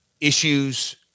issues